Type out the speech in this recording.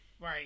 right